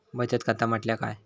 बचत खाता म्हटल्या काय?